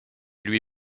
lui